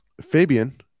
Fabian